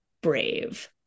brave